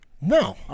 No